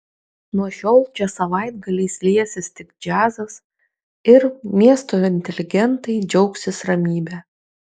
nuo šiol čia savaitgaliais liesis tik džiazas ir miesto inteligentai džiaugsis ramybe